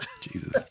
Jesus